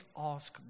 ask